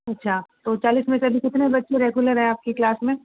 अच्छा तो चालीस मे से अभी कितने बच्चे रेगुलर हैं आपकी क्लास में